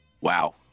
Wow